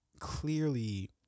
clearly